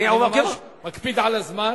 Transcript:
אני ממש מקפיד על הזמן.